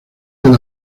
del